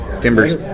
Timbers